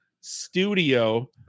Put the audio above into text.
Studio